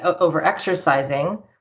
overexercising